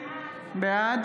בעד